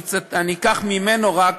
אני אקח ממנו רק